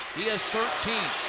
he has thirteen.